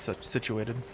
situated